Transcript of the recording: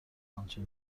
آنچه